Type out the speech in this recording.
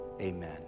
Amen